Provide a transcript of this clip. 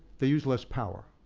they use less power.